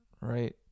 right